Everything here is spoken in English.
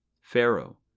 Pharaoh